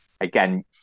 again